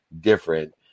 different